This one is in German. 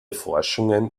forschungen